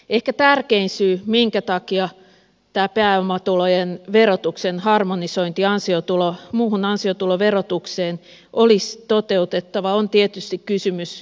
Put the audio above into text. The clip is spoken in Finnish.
ehkä tärkein syy minkä takia tämä pääomatulojen verotuksen harmonisointi muuhun ansiotuloverotukseen olisi toteutettava on tietysti kysymys oikeudenmukaisuudesta